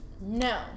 No